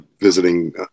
visiting